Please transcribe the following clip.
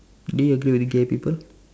do you agree with gay people